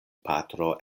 patro